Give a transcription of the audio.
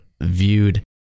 viewed